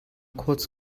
kurz